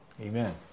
amen